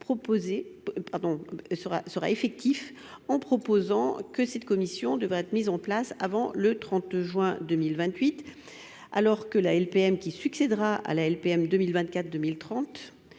sera effectif en proposant que cette commission devrait être mises en place avant le 30 juin 2028. Alors que la LPM qui succédera à la LPM 2024 2030